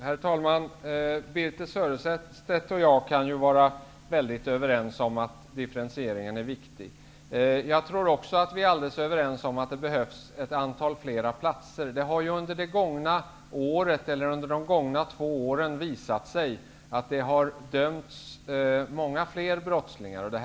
Herr talman! Birthe Sörestedt och jag är överens om att differentiering är viktig. Jag tror också att vi är alldeles överens om att det behövs ett antal fler platser. Det har under de gångna två åren visat sig att flera brottslingar har dömts.